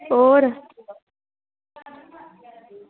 होर